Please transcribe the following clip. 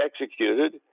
executed